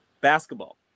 basketball